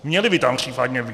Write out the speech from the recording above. Měly by tam případně být.